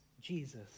Jesus